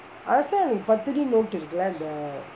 last time பத்து வெள்ளி:pathu velli note இருக்கு லே அந்த:iruku lae antha